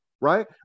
right